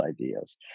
ideas